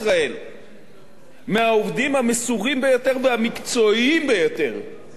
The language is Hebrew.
מהעובדים המסורים ביותר והמקצועיים ביותר שקיימים במדינת ישראל,